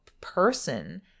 person